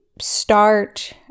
start